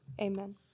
Amen